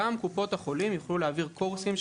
גם קופות החולים יוכלו להעביר קורסים,